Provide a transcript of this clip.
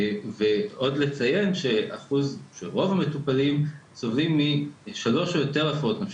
עוד לציין שרוב המטופלים סובלים משלוש או יותר הפרעות נפשיות,